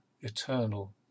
eternal